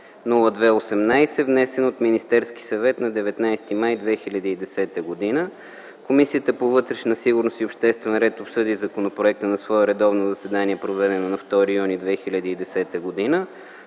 002-02-18, внесен от Министерския съвет на 19 май 2010 г. Комисията по вътрешна сигурност и обществен ред обсъди законопроекта на свое редовно заседание, проведено на 2 юни 2010 г.